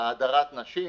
להדרת נשים,